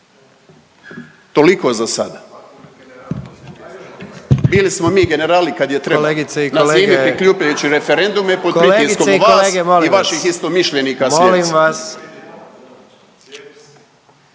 Toliko za sada. Bili smo mi generali kad je trebalo, na zimi …/Govornik se ne razumije./… referendume pod pritiskom vas i vaših istomišljenika.